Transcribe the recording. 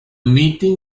meeting